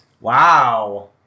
Wow